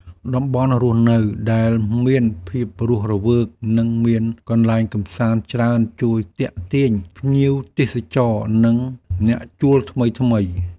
តំបន់រស់នៅដែលមានភាពរស់រវើកនិងមានកន្លែងកម្សាន្តច្រើនជួយទាក់ទាញភ្ញៀវទេសចរនិងអ្នកជួលថ្មីៗ។